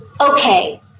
okay